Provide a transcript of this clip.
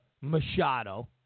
Machado